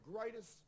greatest